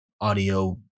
audio